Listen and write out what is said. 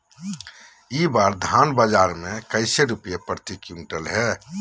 इस बार धान बाजार मे कैसे रुपए प्रति क्विंटल है?